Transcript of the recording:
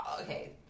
Okay